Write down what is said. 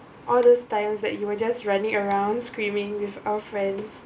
all those times that you were just running around screaming with our friends